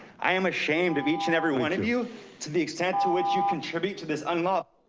i am ashamed of each and every one of you to the extent to which you contribute to this unlawful.